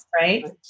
right